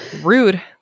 Rude